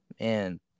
man